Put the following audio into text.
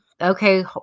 okay